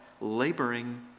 laboring